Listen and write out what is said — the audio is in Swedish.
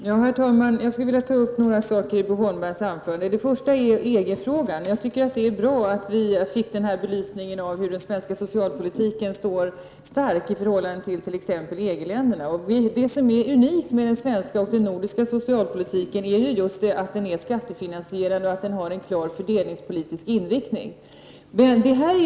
Herr talman! Jag skulle vilja ta upp några saker i Bo Holmbergs anförande. Det första gäller EG-frågan. Det är enligt min mening bra att vi fick denna belysning av hur stark den svenska socialpolitiken står i förhållande tillt.ex. EG-ländernas. Det som är unikt med den svenska och nordiska socialpolitiken är just att den är skattefinansierad och att den har en klar fördelningspolitisk inriktning.